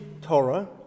Torah